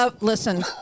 Listen